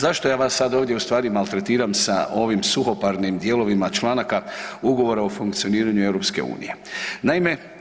Zašto ja vas sada ovdje ustvari maltretiram sa ovim suhoparnim dijelovima članaka Ugovora o funkcioniranju Europske unije?